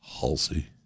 Halsey